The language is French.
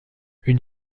une